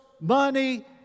money